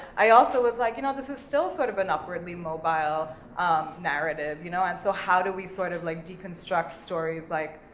i also was like, you know, this is still sort of an upwardly mobile narrative, you know? and so how do we sort of like deconstruct stories like,